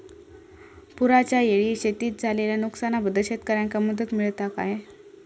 पुराच्यायेळी शेतीत झालेल्या नुकसनाबद्दल शेतकऱ्यांका मदत मिळता काय?